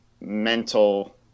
mental